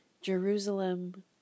Jerusalem